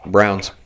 Browns